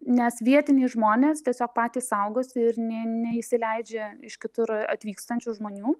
nes vietiniai žmonės tiesiog patys saugosi ir nė neįsileidžia iš kitur atvykstančių žmonių